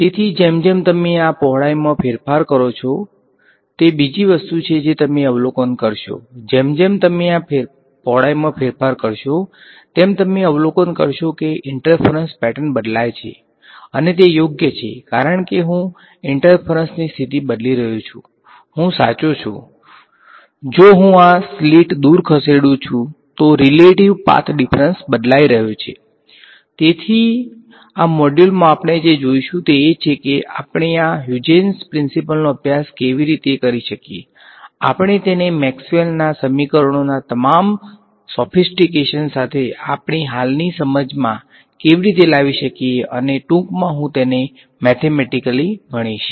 તેથી જેમ જેમ તમે આ પહોળાઈમાં ફેરફાર કરો છો તે બીજી વસ્તુ છે જે તમે અવલોકન કરશો જેમ જેમ તમે આ પહોળાઈમાં ફેરફાર કરશો તેમ તમે અવલોકન કરશો કે ઈંટરફરંસ પેટર્ન બદલાય છે અને તે યોગ્ય છે કારણ કે હું ઈંટરફરંસની સ્થિતિ બદલી રહ્યો છું હું સાચો છું જો હુ આ સ્લીટ દૂર ખસેડું છું તો રીલેટીવ પાથ ડીફરંસસાથે આપણી હાલની સમજમાં કેવી રીતે લાવી શકીએ અને ટૂંકમાં હું તેને મેથેમેટીકલી ભણીશ